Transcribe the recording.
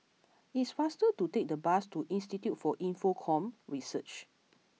it is faster to take the bus to Institute for Infocomm Research